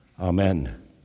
Amen